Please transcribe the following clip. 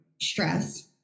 stress